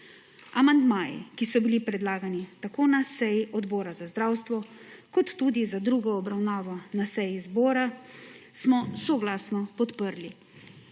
Amandmaje, ki so bili predlagani tako na seji Odbora za zdravstvo kot tudi za drugo obravnavo na seji zbora, smo soglasno podprli.